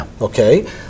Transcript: okay